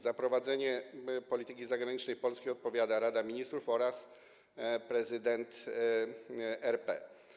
Za prowadzenie polityki zagranicznej Polski odpowiada Rada Ministrów oraz prezydent RP.